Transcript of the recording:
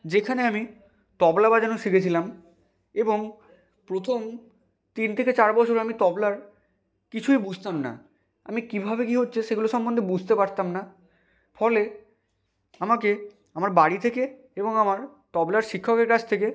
যেখানে আমি তবলা বাজানো শিখেছিলাম এবং প্রথম তিন থেকে চার বছর আমি তবলার কিছুই বুঝতাম না আমি কীভাবে কী হচ্ছে সেগুলো সম্বন্ধে বুঝতে পারতাম না ফলে আমাকে আমার বাড়ি থেকে এবং আমার তবলার শিক্ষকের কাছ থেকে